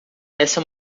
essa